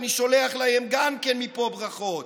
אני שולח להן גם כן מפה ברכות,